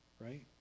right